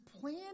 plan